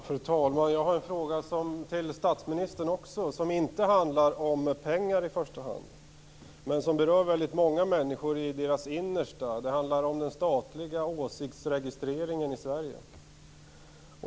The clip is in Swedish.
Fru talman! Jag har en fråga till statsministern som inte i första hand handlar om pengar men som berör väldigt många människor i deras innersta. Det handlar om den statliga åsiktsregistreringen i Sverige.